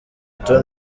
eto’o